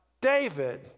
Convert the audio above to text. David